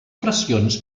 pressions